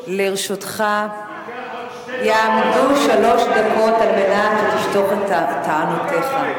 לרשותך יעמדו שלוש דקות על מנת לשטוח את טענותיך.